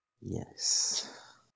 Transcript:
yes